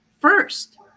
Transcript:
first